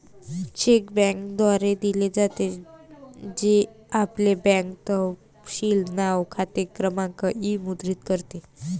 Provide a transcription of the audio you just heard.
check बँकेद्वारे दिले जाते, जे आपले बँक तपशील नाव, खाते क्रमांक इ मुद्रित करते